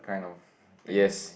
kind of thing